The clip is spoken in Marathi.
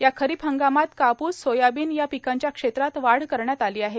या खरीप हंगामात कापूस सोयाबीन या पिकांच्या क्षेत्रात वाढ करण्यात आली आहे